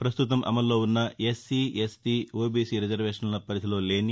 ప్రస్తుతం అమల్లో ఉన్న ఎస్సీ ఎస్టీ ఓబీసీ రిజర్వేషన్ల పరిధిలో లేని